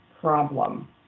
problem